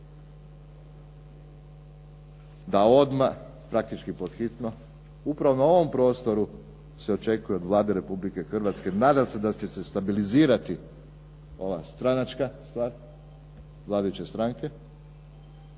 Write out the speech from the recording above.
da odmah, praktički pod hitno upravo na ovom prostoru se očekuje od Vlade Republike Hrvatske, nadam se da će se stabilizirati ova stranačka stvar vladajuće stranke